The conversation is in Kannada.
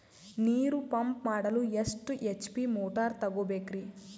ನೀರು ಪಂಪ್ ಮಾಡಲು ಎಷ್ಟು ಎಚ್.ಪಿ ಮೋಟಾರ್ ತಗೊಬೇಕ್ರಿ?